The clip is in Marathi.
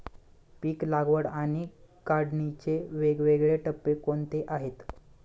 पीक लागवड आणि काढणीचे वेगवेगळे टप्पे कोणते आहेत?